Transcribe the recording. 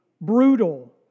brutal